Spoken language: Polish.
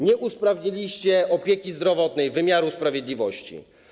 Nie usprawniliście opieki zdrowotnej, wymiaru sprawiedliwości.